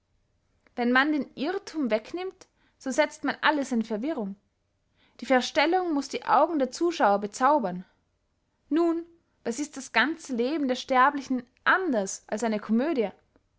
wenn man den irrthum wegnimmt so setzt man alles in verwirrung die verstellung muß die augen der zuschauer bezaubern nun was ist das ganze leben der sterblichen anders als eine comödie